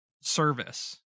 service